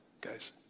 Guys